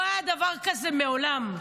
לא היה דבר כזה מעולם.